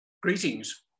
Greetings